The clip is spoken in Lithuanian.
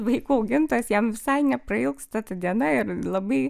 vaikų augintojas jam visai neprailgsta ta diena ir labai